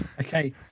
okay